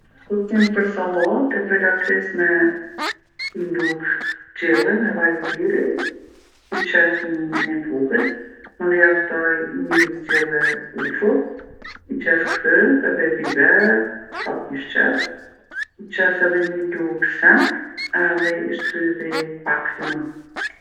Sosin për sallatë e pregatis me ni lugë gjelle me vaj ulliri, i qes në ni enë t'vogël, mandej ja shtoj ni lugë gjelle ufëll, i qes kryp edhe biber, sa t'kish qef, i qes edhe ni lugë senf edhe i shtrydhi pak limon.